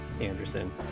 Anderson